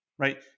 right